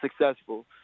successful